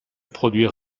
produire